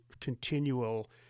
continual